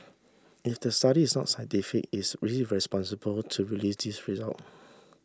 if the study is not scientific it is irresponsible to release these result